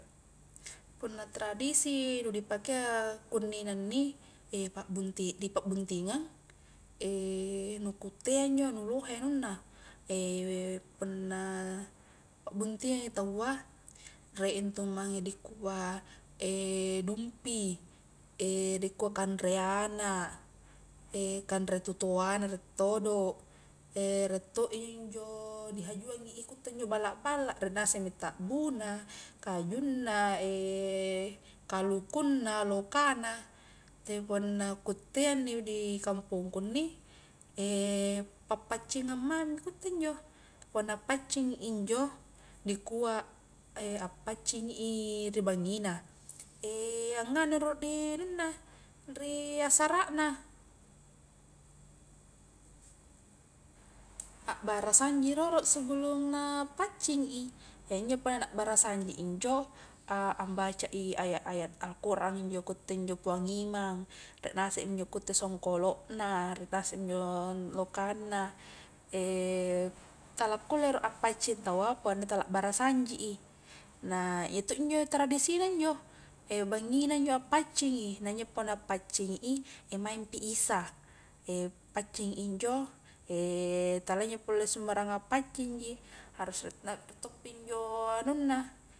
Punna tradisi nu dipakea kunni nanni, di pabunti-di pabuntingang nu kutte njo nu lohe anunna punna pabuntingangi taua rie intu mange dikua dumpi dikua kanre ana, kanre tu toana rie todo, rie to injo njo dihajuangi i kutte balla-balla rie ngasemi ta buna, kajunna, kalukunna, lokana, te punna kutte nni di kampongku nni pa paccingang mami kutte njo, punna paccingi injo dikua appacingi i ri bangina, anganui ro di anunna ri asarana, abbarasanji roro sebelum mappaccing i, iya njo punna bbarasanji i injo, ambacai ayat-ayat al quran injo kutte njo puang imang, rie ngasemi njo kutte songkolo na, mi njo lokanna, tala kulle ro appacci taua punna tala barasanji i, nah iya to njo tradisina njo, bangina njo appaccingi, nah iya njo punna appaccingi i e maingpi isa, paccingi injo talia injo pole sembarangan paccing ji harus toppi injo anunna.